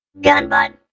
Gunbutt